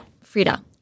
Frida